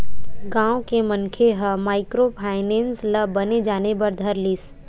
गाँव के मनखे मन ह माइक्रो फायनेंस ल बने जाने बर धर लिस